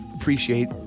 appreciate